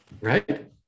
Right